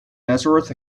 nazareth